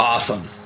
Awesome